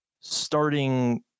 starting